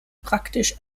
praktisch